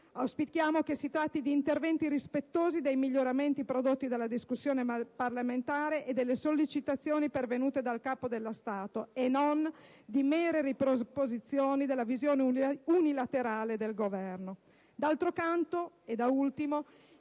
Auspichiamo che si tratti di interventi rispettosi dei miglioramenti prodotti dalla discussione parlamentare e delle sollecitazioni pervenute dal Capo dello Stato e non di mere riproposizioni della visione unilaterale del Governo. E d'altro canto, e da ultimo,